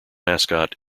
mascot